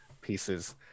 pieces